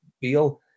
feel